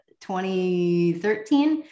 2013